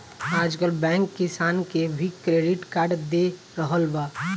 आजकल बैंक किसान के भी क्रेडिट कार्ड दे रहल बा